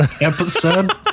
episode